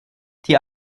die